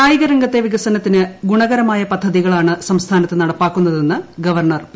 കായികരംഗത്തെ വികസത്തിന് ഗൂണുകരമായ പദ്ധതികളാണ് സംസ്ഥാനത്ത് നടപ്പിലാക്കുന്നതെന്ന് ഗ്ല്പർണർ പി